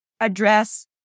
address